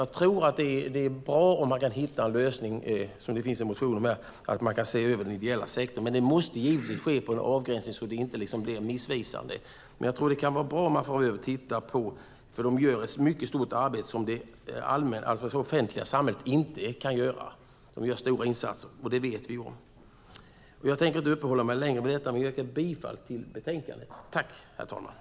Jag tror att det är bra om man kan hitta en sådan lösning som finns i motionen och att man ser över den ideella sektorn. Men det måste givetvis ske med en avgränsning så att det inte blir missvisande. Jag tror ändå att det kan vara bra att man tittar på detta, för föreningarna gör ett mycket stort arbete som det offentliga samhället inte kan göra. De gör stora insatser, och det vet vi om. Jag tänker inte uppehålla mig längre vid detta, utan jag yrkar bifall till utskottets förslag i betänkandet.